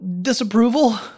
disapproval